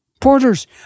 Porter's